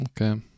okay